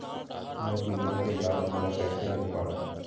मोर बीमा के लाभ मोला कैसे मिल पाही?